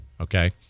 okay